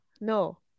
No